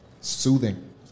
Soothing